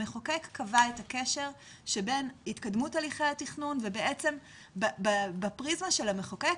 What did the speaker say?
המחוקק קבע את הקשר שבין התקדמות הליכי התכנון ובעצם בפריזמה של המחוקק,